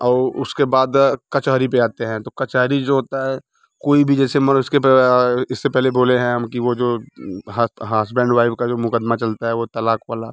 और उसके बाद कचहरी पर आते हैं तो कचहरी जो होती है कोई भी जैसे मानो इसके इससे पहले बोले हैं हम कि वो जो हसबेंड वाइफ़ का जो मुक़दमा चलता है वो तलाक़ वाला